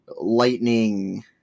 Lightning